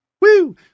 Woo